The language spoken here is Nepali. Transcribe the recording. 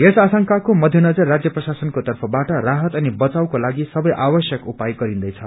यस आशंकाको मध्यनजर राजय प्रशासनको तर्फबाट राहत अनि बचाउको लागि सबै आवश्यक उपाय गरिन्दैछ